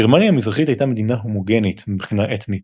גרמניה המזרחית הייתה מדינה הומוגנית מבחינה אתנית,